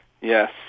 Yes